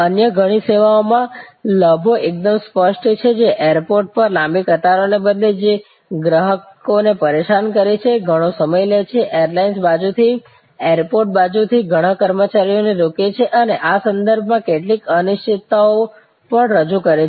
અન્ય ઘણી સેવાઓમાં લાભો એકદમ સ્પષ્ટ છે કે એરપોર્ટ પર લાંબી કતારોને બદલે જે ગ્રાહકને પરેશાન કરે છે ઘણો સમય લે છે એરલાઇન્સ બાજુથી એરપોર્ટ બાજુથી ઘણા કર્મચારીઓને રોકે છે અને આ સંદર્ભમાં કેટલીક અનિશ્ચિતતાઓ પણ રજૂ કરે છે